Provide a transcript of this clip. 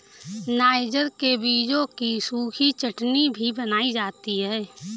niger के बीजों की सूखी चटनी भी बनाई जाती है